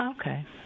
Okay